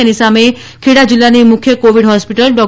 તેની સામે ખેડા જિલ્લાની મુખ્ય કોવિડ હોસ્પિટલ ડો